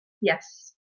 Yes